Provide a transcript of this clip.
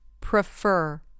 Prefer